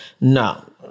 no